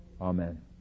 amen